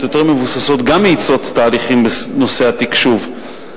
יותר מבוססות גם מאיצות תהליכים בנושא התקשוב.